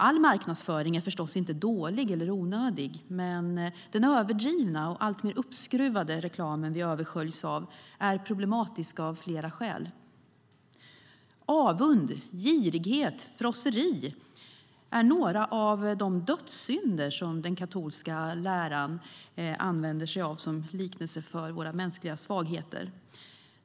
All marknadsföring är förstås inte dålig eller onödig, men den överdrivna och alltmer uppskruvade reklamen vi översköljs av är problematisk av flera skäl. Avund, girighet och frosseri är några av de dödssynder som den katolska läran använder sig av som liknelse för våra mänskliga svagheter.